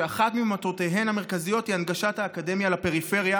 שאחת ממטרותיהן המרכזיות היא הנגשת האקדמיה לפריפריה,